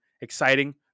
exciting